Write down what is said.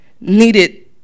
needed